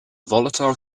volatile